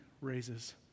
raises